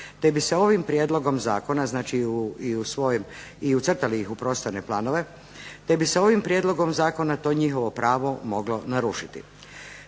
te bi se ovim prijedlogom zakona, znači i ucrtali ih u prostorne planove, te bi se ovim prijedlogom zakona to njihovo pravo moglo narušiti.